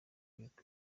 ibigwi